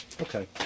Okay